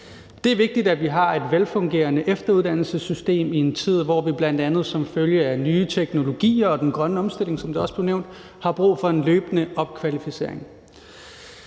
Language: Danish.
Det er vigtigt, at vi har et velfungerende efteruddannelsessystem i en tid, hvor vi bl.a. som følge af nye teknologier og den grønne omstilling, som det også blev nævnt, har brug for en løbende opkvalificering.